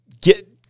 get